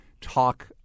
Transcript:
talk